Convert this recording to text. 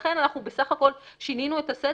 לכן אנחנו בסך הכול שינינו את הסדר,